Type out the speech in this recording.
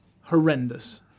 horrendous